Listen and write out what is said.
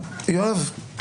יואב,